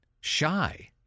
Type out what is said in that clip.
shy